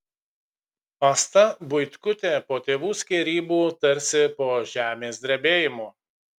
asta buitkutė po tėvų skyrybų tarsi po žemės drebėjimo